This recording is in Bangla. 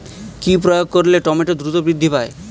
কি প্রয়োগ করলে টমেটো দ্রুত বৃদ্ধি পায়?